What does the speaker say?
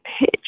pitch